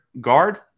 guard